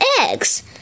eggs